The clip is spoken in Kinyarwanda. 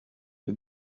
iyo